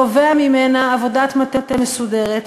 תובע ממנה עבודת מטה מסודרת,